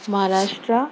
Maharashtra